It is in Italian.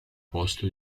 posto